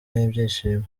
n’ibyishimo